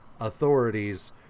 authorities